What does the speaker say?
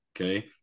okay